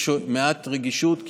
יש מעט רגישות,